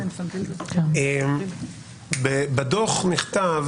בדוח נכתב